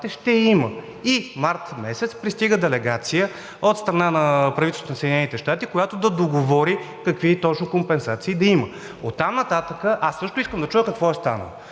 ще има и март месец пристига делегация от страна на правителството на Съединените щати, която да договори какви точно компенсации да има. Оттам нататък аз също искам да чуя какво е станало,